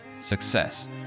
success